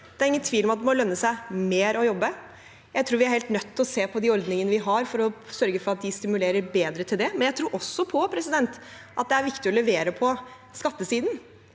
Det er ingen tvil om at det må lønne seg mer å jobbe. Jeg tror vi er helt nødt til å se på de ordningene vi har, for å sørge for at de stimulerer bedre til det. Jeg tror også det er viktig å levere på skattesiden,